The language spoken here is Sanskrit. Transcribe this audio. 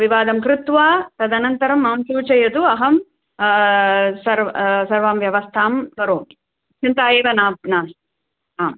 विवादं कृत्वा तदनन्तरं मां सूचयतु अहं सर्व् सर्वं व्यवस्थां करोमि चिन्ता एव ना नास्ति आम्